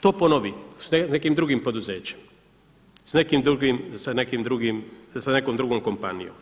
to ponovi s nekim drugim poduzećem, sa nekom drugom kompanijom.